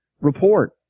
report